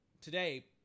today